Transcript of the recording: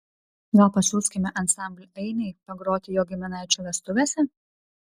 gal pasiųskime ansamblį ainiai pagroti jo giminaičių vestuvėse